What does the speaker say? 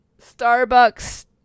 Starbucks